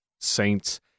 saints